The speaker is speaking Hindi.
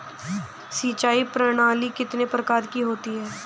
सिंचाई प्रणाली कितने प्रकार की होती हैं?